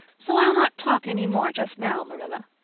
so i'll not talk any more just now, marilla.